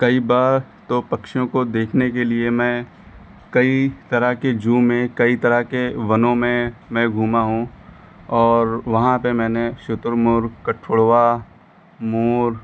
कई बार तो पक्षियों को देखने के लिए मैं कई तरह के जू में कई तरह के वनों में मैं घूमा हूँ और वहाँ पर मैंने शुतुरमुर्ग कठफोड़वा मोर